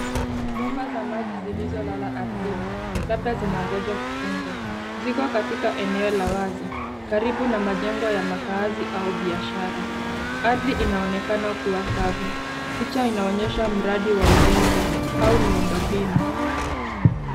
Bomba za maji zilizolala ardhini labda zinangoja kufungwa. Ziko katika eneo la wazi karibu na majengo ya makaazi au biashara. Ardhi inaonekana kuwa kavu. Picha inaonyesha mradi wa ujenzi au miundo mbinu.